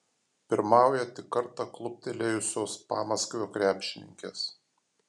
pirmauja tik kartą kluptelėjusios pamaskvio krepšininkės